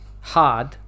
hard